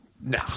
no